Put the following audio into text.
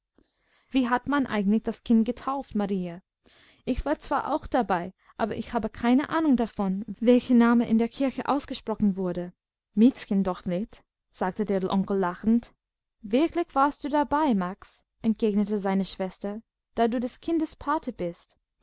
wie hat man eigentlich das kind getauft marie ich war zwar auch dabei aber ich habe keine ahnung davon welcher name in der kirche ausgesprochen wurde miezchen doch nicht sagte der onkel lachend wirklich warst du dabei max entgegnete seine schwester da du des kindes pate bist